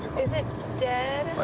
is it dead?